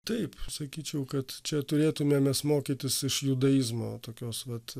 taip sakyčiau kad čia turėtume mes mokytis iš judaizmo tokios vat